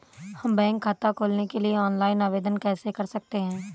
हम बैंक खाता खोलने के लिए ऑनलाइन आवेदन कैसे कर सकते हैं?